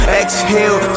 exhale